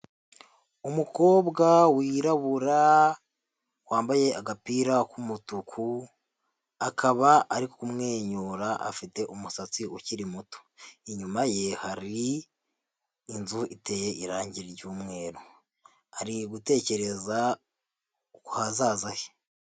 Umukobwa wirabura wambaye agapira k'umutuku akaba ari kumwenyura afite umusatsi ukiri muto, inyuma ye hari inzu iteye irangi ry'umweru ari gutekereza ku hazaza he.